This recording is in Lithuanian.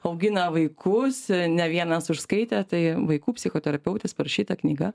augina vaikus ne vienas užskaitė tai vaikų psichoterapeutės parašyta knyga